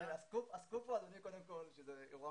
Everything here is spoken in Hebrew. אדוני היושב ראש,